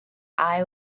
eye